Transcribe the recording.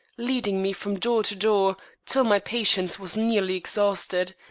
leading me from door to door till my patience was nearly exhausted,